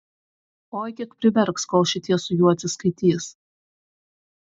oi kiek priverks kol šitie su juo atsiskaitys